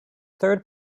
third